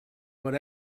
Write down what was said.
but